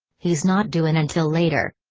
he's not due in until later.